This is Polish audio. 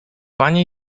panie